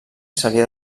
seria